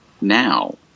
now